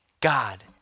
God